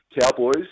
Cowboys